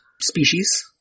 Species